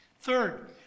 third